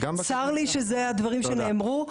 צר לי שאלה הדברים שנאמרו.